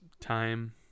time